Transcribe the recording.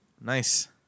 Nice